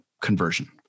conversion